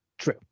True